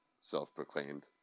self-proclaimed